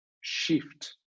shift